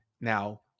Now